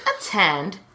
attend